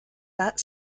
that